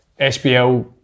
SBL